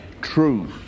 truth